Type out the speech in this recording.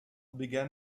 began